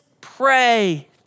pray